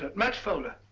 but match folder.